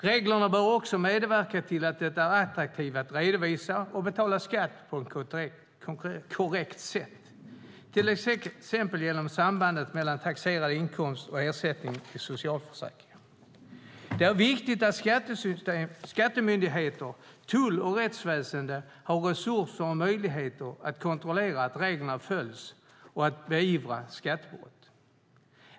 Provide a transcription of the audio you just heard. Reglerna bör medverka till att det är attraktivt att redovisa och betala skatt på ett korrekt sätt, till exempel genom sambandet mellan taxerad inkomst och ersättning i socialförsäkringarna. Det är viktigt att skattemyndigheter, tull och rättsväsen har resurser och möjligheter att kontrollera att reglerna följs och att beivra skattebrott.